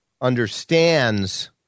understands